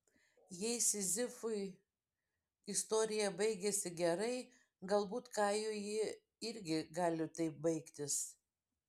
jei sizifui istorija baigėsi gerai galbūt kajui ji irgi gali taip baigtis